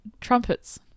trumpets